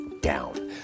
down